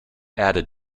added